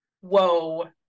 whoa